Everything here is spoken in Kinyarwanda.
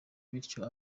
bityo